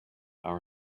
our